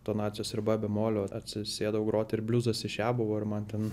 tonacijos ir be bemolio atsisėdau grot ir bliuzas iš e buvo ir man ten